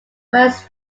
west